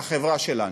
בחברה שלנו.